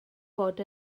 bod